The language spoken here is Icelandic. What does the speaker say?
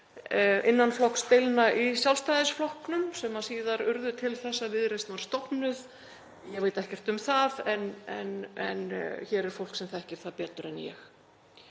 innanflokksdeilna í Sjálfstæðisflokknum sem síðar urðu til þess að Viðreisn var stofnuð, ég veit ekkert um það, en hér er fólk sem þekkir það betur en ég.